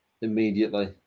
immediately